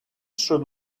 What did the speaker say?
should